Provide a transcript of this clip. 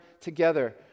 together